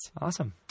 Awesome